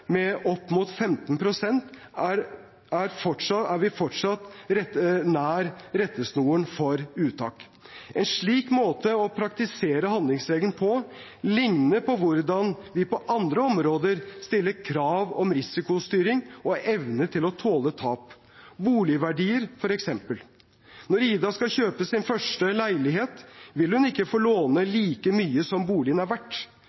er vi fortsatt nær rettesnoren for uttak. En slik måte å praktisere handlingsregelen på ligner på hvordan vi på andre områder stiller krav om risikostyring og evne til å tåle tap – boligverdier, f.eks. Når Ida skal kjøpe sin første leilighet, vil hun ikke få låne